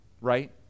right